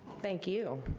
thank you.